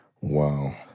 Wow